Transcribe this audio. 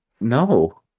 no